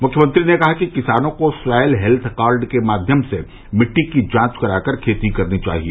मुख्यमंत्री ने कहा कि किसानों को स्वायल हेल्थ कार्ड के माध्यम से मिट्टी की जाँच कराकर खेती करनी चाहिए